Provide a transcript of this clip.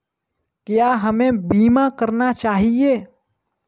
क्या हमें बीमा करना चाहिए?